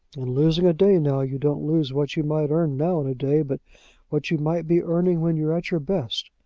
in losing a day now, you don't lose what you might earn now in a day, but what you might be earning when you're at your best.